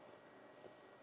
ya